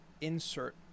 insert